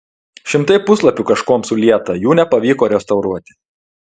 šimtai puslapių kažkuom sulieta jų nepavyko restauruoti